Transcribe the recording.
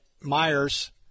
Myers